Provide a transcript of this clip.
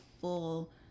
full